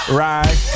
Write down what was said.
right